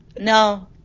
no